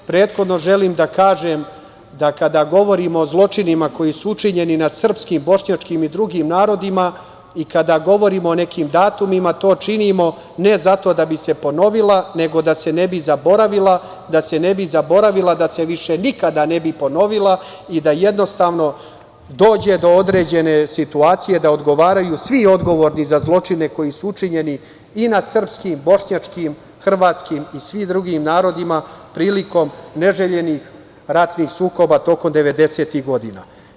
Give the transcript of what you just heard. Prethodno želim da kažem da kada govorimo o zločinima koji su učinjeni nad srpski, bošnjačkim i drugim narodima i kada govorimo o nekim datumima to činimo ne zato da bi se ponovila, nego da se ne bi zaboravila, da se više nikada ne bi ponovila, i da jednostavno dođe do određene situacije da odgovaraju svi odgovorni za zločine koji su učinjeni i nad sprskim, bošnjačkim, hrvatskim i svim drugim narodima prilikom neželjenih ratnih sukoba tokom devedesetih godina.